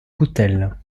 coutel